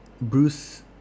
Bruce